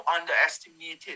underestimated